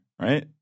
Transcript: right